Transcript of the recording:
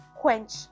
quench